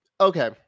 Okay